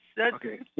Okay